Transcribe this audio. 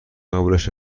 قبولش